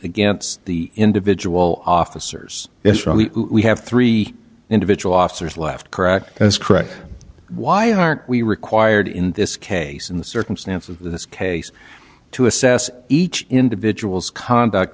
against the individual officers is really we have three individual officers left correct as correct why aren't we required in this case in the circumstance of this case to assess each individual's conduct